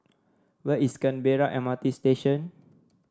where is Canberra M R T Station